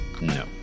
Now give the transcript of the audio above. No